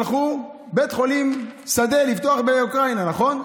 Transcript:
שלחו בית חולים שדה לפתוח באוקראינה, נכון?